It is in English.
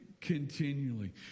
Continually